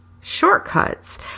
shortcuts